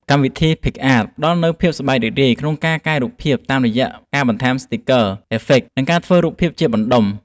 កម្មវិធី ភីកអាត ផ្ដល់នូវភាពសប្បាយរីករាយក្នុងការកែរូបភាពតាមរយៈការបន្ថែម ស្ទីគ័រ , អេហ្វិក និងការធ្វើ រូបភាពបន្តុំ ។